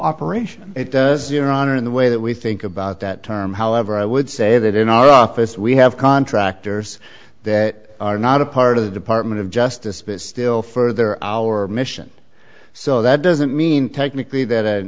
operation it does your honor in the way that we think about that term however i would say that in our office we have contractors that are not a part of the department of justice but still further our mission so that doesn't mean technically that